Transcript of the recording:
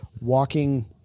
walking